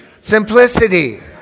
Simplicity